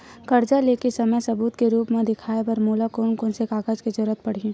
कर्जा ले के समय सबूत के रूप मा देखाय बर मोला कोन कोन से कागज के जरुरत पड़ही?